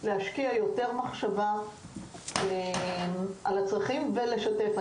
להשקיע יותר מחשבה על הצרכים ולשתף.